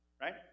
right